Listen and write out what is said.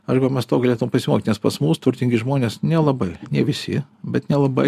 arba mes tau galėtum pasimokyt nes pas mus turtingi žmonės nelabai ne visi bet nelabai